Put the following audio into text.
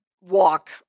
walk